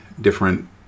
different